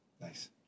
Nice